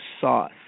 sauce